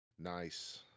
Nice